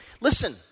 Listen